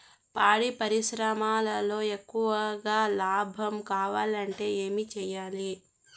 పాడి పరిశ్రమలో ఎక్కువగా లాభం కావాలంటే ఏం చేయాలి?